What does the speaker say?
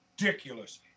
ridiculous